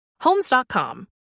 Homes.com